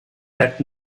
werkt